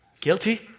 Guilty